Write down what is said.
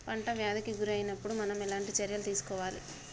పంట వ్యాధి కి గురి అయినపుడు మనం ఎలాంటి చర్య తీసుకోవాలి?